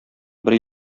бер